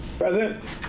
present.